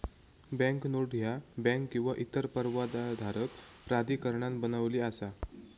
banknote ह्या bank किंवा इतर परवानाधारक प्राधिकरणान बनविली असा